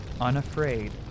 unafraid